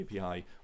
API